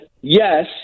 yes